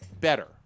better